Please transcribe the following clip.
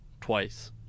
twice